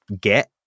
get